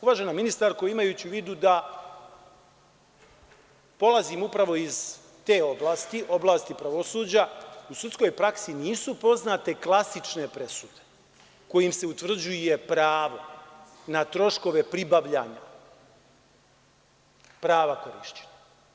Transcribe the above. Uvažena ministarko, imajući u vidu da polazim upravo iz te oblasti, oblasti pravosuđa, u sudskoj praksi nisu poznate klasične presude kojim se utvrđuje pravo na troškove pribavljanja prava korišćenja.